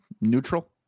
neutral